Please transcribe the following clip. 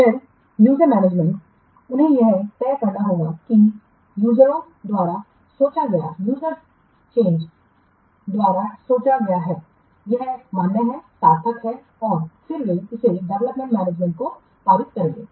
फिर यूजरमैनेजमेंट उन्हें यह तय करना होगा कि यूजरओं द्वारा सोचा गया चेंज यूजरओं द्वारा सोचा गया है यह मान्य और सार्थक है और फिर वे इसे डेवलप्डमैनेजमेंट को पारित करेंगे